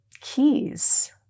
keys